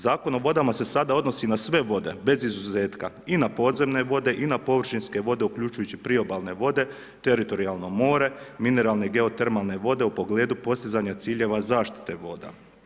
Zakon o vodama se sada odnosi na sve vode, bez izuzetka i na podzemne vode i na površinske vode, uključujući priobalne vode, teritorijalno more, mineralne geotermalne vode u pogledu postizanja ciljeva zaštite voda.